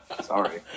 Sorry